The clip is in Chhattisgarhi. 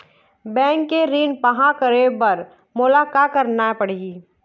बैंक से ऋण पाहां करे बर मोला का करना पड़ही?